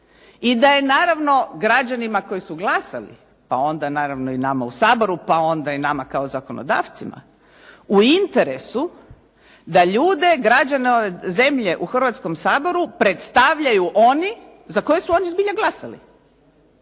i da je, naravno građanima koji su glasali, pa onda naravno i nama u Saboru, pa onda i nama kao zakonodavcima u interesu da ljude, građane zemlje u Hrvatskom saboru predstavljaju oni za koje su oni zbilja glasali.